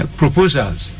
proposals